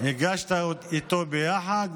הגשת איתו ביחד,